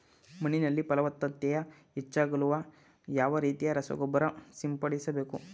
ಮಣ್ಣಿನಲ್ಲಿ ಫಲವತ್ತತೆ ಹೆಚ್ಚಾಗಲು ಯಾವ ರೀತಿಯ ರಸಗೊಬ್ಬರ ಸಿಂಪಡಿಸಬೇಕು?